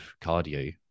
cardio